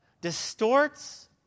distorts